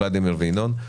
ולדימיר וינון.